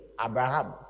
Abraham